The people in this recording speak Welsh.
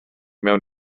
mewn